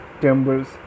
temples